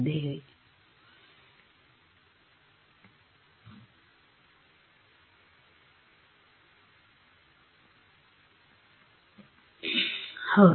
ವಿದ್ಯಾರ್ಥಿ ಹಿಂದುಳಿದ